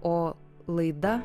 o laida